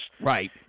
right